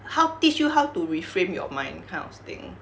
how teach you how to reframe your mind kind of thing